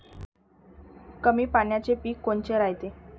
कमी पाण्याचे पीक कोनचे रायते?